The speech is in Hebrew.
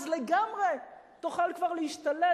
אז לגמרי תוכל כבר להשתלט,